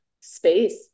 space